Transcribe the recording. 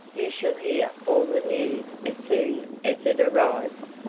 you shall hear all the news as soon as it arrives.